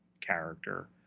character